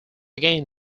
again